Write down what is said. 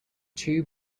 two